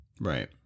Right